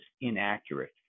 inaccurate